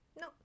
No